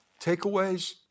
Takeaways